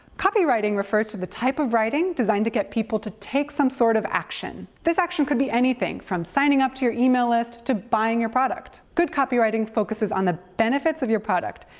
copywriting refers to the type of writing designed to get people to take some sort of action. this action could be anything from signing up to your email list to buying your product. good copywriting focuses on on the benefits of your product,